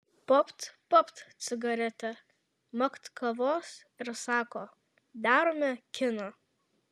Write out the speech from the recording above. papt papt cigaretę makt kavos ir sako darome kiną